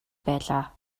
байлаа